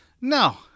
No